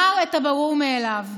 אומר את הברור מאליו: